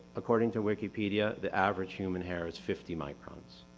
according to wikipedia, the average human hair is fifty microns,